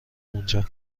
اونجا